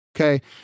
okay